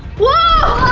whoa!